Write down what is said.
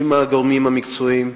עם הגורמים המקצועיים.